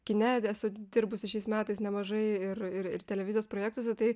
kine esu dirbusi šiais metais nemažai ir ir ir televizijos projektuose tai